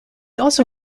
also